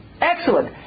Excellent